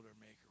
maker